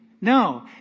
No